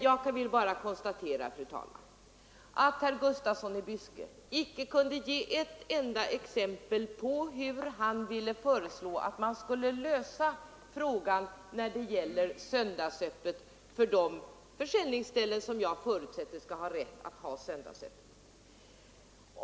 Jag konstaterar, fru talman, att herr Gustafsson i Byske icke kunde ge ett enda exempel på hur han ville föreslå att man skulle lösa frågan om varusortimentet för de försäljningställen som jag förutsätter skall ha rätt att ha söndagsöppet.